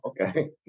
Okay